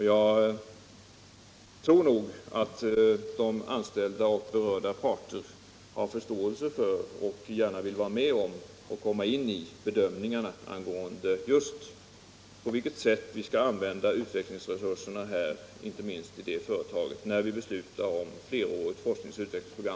Jag tror nog att de anställda och andra berörda parter har förståelse för och gärna vill vara med om och komma in i bedömningarna angående just på vilket sätt vi skall använda utvecklingsresurserna, inte minst i det företaget, när riksdagen nästa gång beslutar om ett flerårigt forskningsoch utvecklingsprogram.